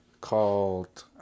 called